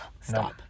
stop